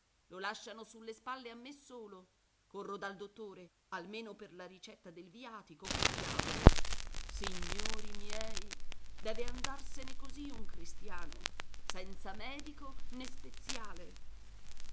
lo lasciano sulle spalle a me solo corro dal dottore almeno per la ricetta del viatico che diavolo signori miei deve andarsene così un cristiano senza medico né speziale